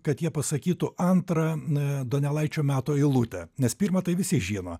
kad jie pasakytų antrą ne donelaičio metų eilutę nes pirmą tai visi žino